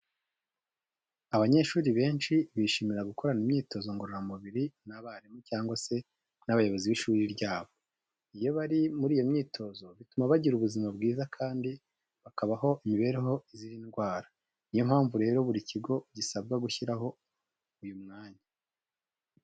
Abanyeshuri benshi bishimira gukorana imyitozo ngororamubiri n'abarimu cyangwa se n'abayobozi b'ishuri ryabo. Iyo bari muri iyi myitozo bituma bagira ubuzima bwiza kandi bakabaho imibereho izira indwara. Ni yo mpamvu rero buri kigo gisabwa gushyiraho uyu mwanya.